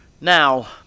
Now